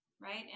Right